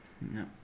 No